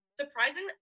surprisingly